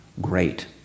great